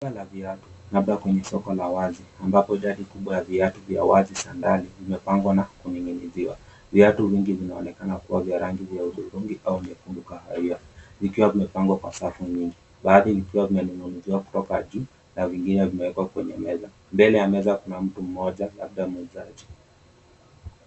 Duka la viatu labda kwenye soko la wazi ambapo jadi kubwa vya wazi za ndani vimepangwa na kuning'iniziwa. Viatu vingi vinaonekana kuwa vya rangi vya udhurungi au vya rangi kahawia vikiwa vimepangwa kwa safu nyingi. Baadhi vikiwa vimening'iniziwa kutoka juu na vingine vimewekwa kwenye meza. Mbele ya meza kuna mtu mmoja labda muuzaji.